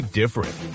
different